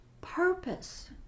purpose